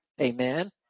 Amen